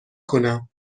کنم